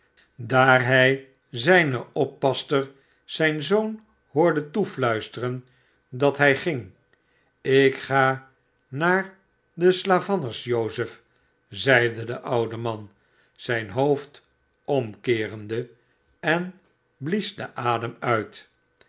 daar hij zijne oppasster zijn zoon hoorde toefluisteren dat hij ging slk ga naar de slavanners jozef zeide de oude man zijn hoofd omkeerende en blies den adem uit